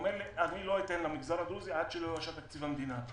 הוא אומר לי: לא אתן למגזר הדרוזי עד שלא יאושר תקציב המדינה.